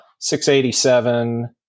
687